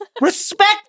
Respect